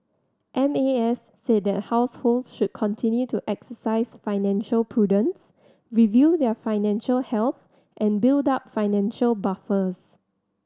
M A S said that households should continue to exercise financial prudence review their financial health and build up financial buffers